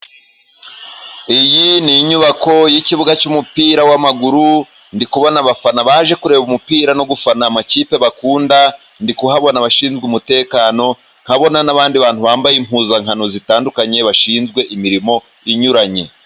Iyi n'inyubako y'ikibuga cy'umupira, w'amaguru ndikubona, abafana baje kureba umupira, no gufana amakipe bakunda, ndikuhabona abashinzwe umutekano, nkabona n'abandi bantu bambaye impuzankano zitandukanye, bashinzwe imirimo inyuranye.